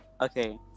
okay